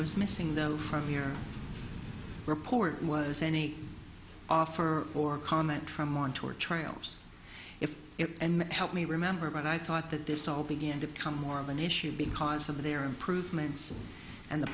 was missing them from your report was any offer or comment from want or trailers if it helped me remember but i thought that this all began to come more of an issue because of their improvements and the